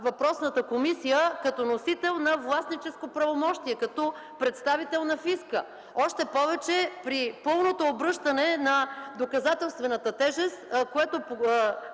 въпросната комисия като носител на властническо правомощие, като представител на фиска. Още повече при пълното обръщане на доказателствената тежест, което